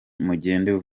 mugende